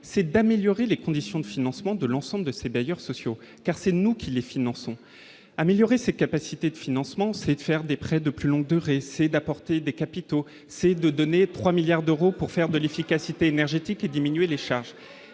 c'est d'améliorer les conditions de financement de l'ensemble de ses bailleurs sociaux car c'est nous qui les finançons améliorer ses capacités de financement, c'est de faire des prêts de plus longue devrait essayer d'apporter des capitaux, c'est de donner 3 milliards d'euros pour faire de l'efficacité énergétique et diminuer les charges